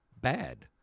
bad